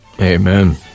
Amen